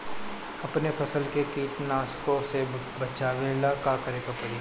अपने फसल के कीटनाशको से बचावेला का करे परी?